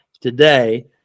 today